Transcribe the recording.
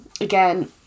again